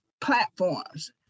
platforms